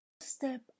step